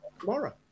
tomorrow